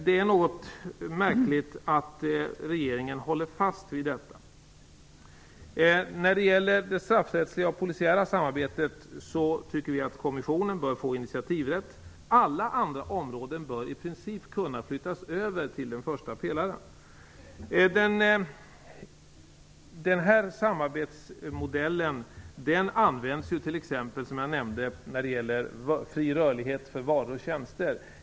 Det är något märkligt att regeringen håller fast vid detta. När det gäller det straffrättsliga och polisiära samarbetet tycker vi att kommissionen bör få initiativrätt. Alla andra områden bör i princip kunna flyttas över till den första pelaren. Den här samarbetsmodellen används t.ex. som jag nämnde när det gäller fri rörlighet för varor och tjänster.